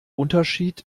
unterschied